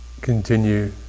continue